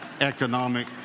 economic